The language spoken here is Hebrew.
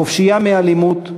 חופשייה מאלימות.